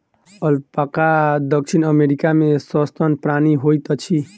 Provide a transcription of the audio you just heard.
alpaca दक्षिण America के सस्तन प्राणी होइत अछि